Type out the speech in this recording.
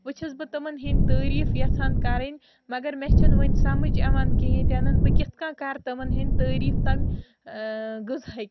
وۄنۍ چھیٚس بہٕ تِمَن ہنٛدۍ تٔعریٖف یَژھان کَرٕنۍ مگر مےٚ چھُنہٕ وُنہِ سَمٕجھ یِوان کِہیٖنۍ تہِ نہٕ بہٕ کِتھ کٔنۍ کَرٕ تِمَن ہنٛدۍ تٔعریٖف تَمہِ ٲں غذہٕکۍ